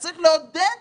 צריך לעודד טייק-אווי,